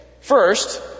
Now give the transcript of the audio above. First